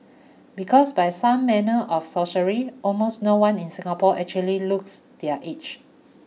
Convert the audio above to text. because by some manner of sorcery almost no one in Singapore actually looks their age